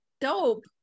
Dope